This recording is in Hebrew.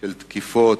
של תקיפות,